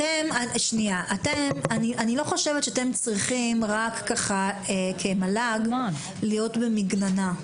אני לא חושבת שאתם צריכים רק ככה כמל"ג להיות במגננה,